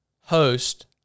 host